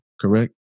correct